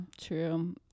true